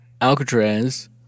Alcatraz